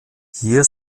hier